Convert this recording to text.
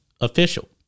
official